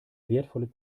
wertvolle